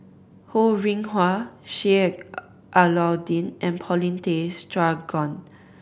Ho Rih Hwa Sheik Alau'ddin and Paulin Tay Straughan